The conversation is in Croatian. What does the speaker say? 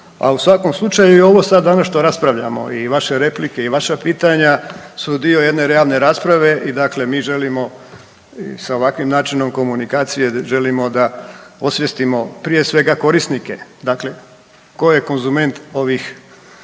a u svakom slučaju je ovo sad danas što raspravljamo i vaše replike i vaša pitanja su dio jedne javne rasprave i dakle mi želimo sa ovakvim načinom komunikacije, želimo da osvijestimo, prije svega, korisnike, dakle tko je konzument ovih,